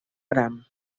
gra